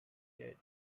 did